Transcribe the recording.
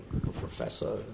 professor